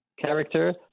character